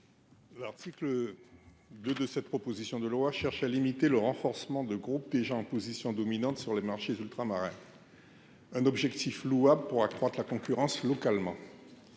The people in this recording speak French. L’article 2 de cette proposition de loi tend à limiter le renforcement de groupes déjà en position dominante sur les marchés ultramarins. C’est un objectif louable en vue d’accroître la concurrence localement.